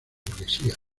burguesía